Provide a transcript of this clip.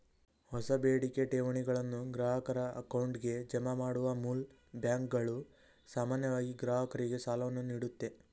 ಹೊಸ ಬೇಡಿಕೆ ಠೇವಣಿಗಳನ್ನು ಗ್ರಾಹಕರ ಅಕೌಂಟ್ಗೆ ಜಮಾ ಮಾಡುವ ಮೂಲ್ ಬ್ಯಾಂಕ್ಗಳು ಸಾಮಾನ್ಯವಾಗಿ ಗ್ರಾಹಕರಿಗೆ ಸಾಲವನ್ನು ನೀಡುತ್ತೆ